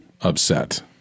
upset